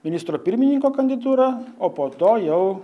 ministro pirmininko kanditiūra o po to jau